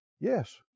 Yes